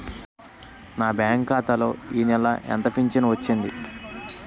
నా బ్యాంక్ ఖాతా లో ఈ నెల ఎంత ఫించను వచ్చింది?